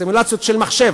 סימולציות של מחשב,